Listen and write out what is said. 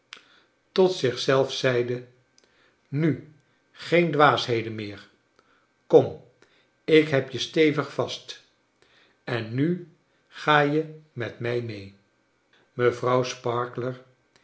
tot zich zelf zeide nu geen dwaasheden meer kom ik heb je stevig vast en nu ga e met mij mee i mevrouw sparkler